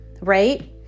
right